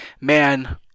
man